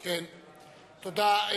תודה.